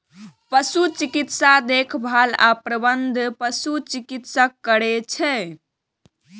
पशु चिकित्सा देखभाल आ प्रबंधन पशु चिकित्सक करै छै